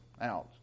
out